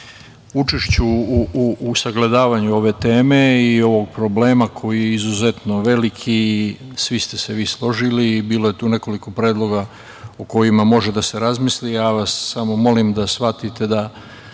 učešću u sagledavaju ove teme i ovog problema koji je izuzetno veliki i svi ste se vi složili i bilo je tu nekoliko predloga o kojima može da se razmisli. Samo vas molim da shvatite da